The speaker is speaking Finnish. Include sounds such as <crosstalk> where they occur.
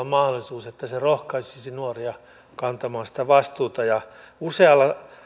<unintelligible> mahdollisuus että se rohkaisisi nuoria kantamaan sitä vastuuta usealla